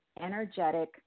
energetic